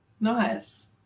Nice